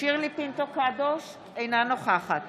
שירלי פינטו קדוש, אינה נוכחת